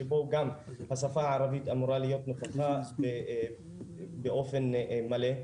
שבו גם השפה הערבית אמורה להיות נוכחת באופן מלא.